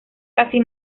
casi